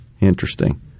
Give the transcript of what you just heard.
Interesting